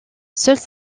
seuls